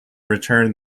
returned